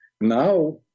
Now